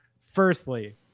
Firstly